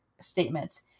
statements